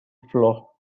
floor